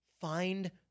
Find